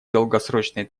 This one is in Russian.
долгосрочной